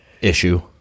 issue